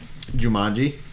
Jumanji